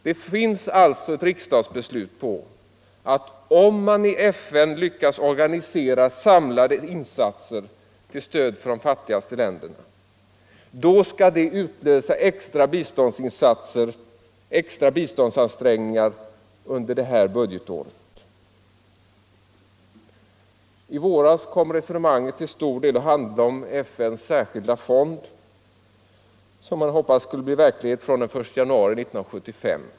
Det finns alltså ett riksdagsbeslut på att om man i FN lyckas organisera samlade insatser till stöd för de fattigaste länderna, skall det utlösa extra biståndsansträngningar under det här budgetåret. I våras kom resonemanget till stor del att handla om FN:s särskilda fond, som man hoppades skulle bli verklighet från den 1 januari 1975.